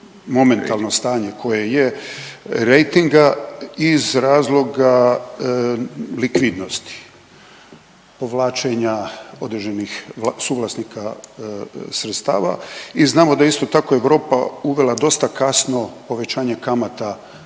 momentalno stanje koje je rejtinga iz razloga likvidnosti povlačenja određenih suvlasnika sredstava i znamo da je isto tako Europa uvela dosta kasno povećanje kamata